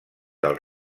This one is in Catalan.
del